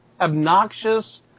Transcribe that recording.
obnoxious